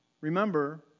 remember